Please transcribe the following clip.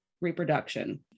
reproduction